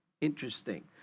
Interesting